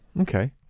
Okay